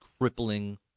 crippling